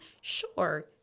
Sure